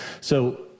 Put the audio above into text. So-